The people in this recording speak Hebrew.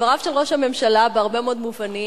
דבריו של ראש הממשלה בהרבה מאוד מובנים